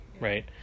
right